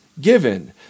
given